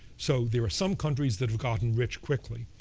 so there are some countries that have gotten rich quickly.